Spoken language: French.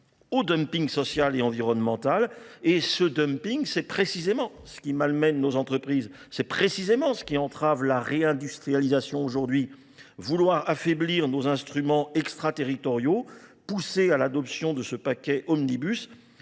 au dumping social et environnemental. Et ce dumping, c'est précisément ce qui malmène nos entreprises. C'est précisément ce qui entrave la réindustrialisation aujourd'hui. Vouloir affaiblir nos instruments extraterritoriaux, pousser à l'adoption de ce paquet omnibus,